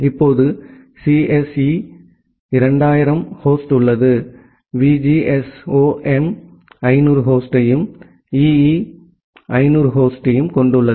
இப்போது சிஎஸ்இக்கு 2000 ஹோஸ்ட் உள்ளது விஜிஎஸ்ஓஎம் 500 ஹோஸ்டையும் ஈஇ 500 ஹோஸ்டையும் கொண்டுள்ளது